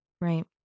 Right